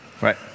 Right